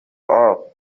are